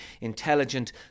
intelligent